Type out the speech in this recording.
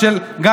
זה פשוט לא נכון.